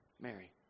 Mary